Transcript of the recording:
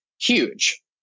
Huge